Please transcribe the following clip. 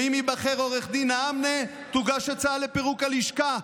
שאם ייבחר עו"ד נעאמנה תוגש הצעה לפירוק הלשכה,